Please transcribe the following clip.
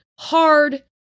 Hard